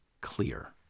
clear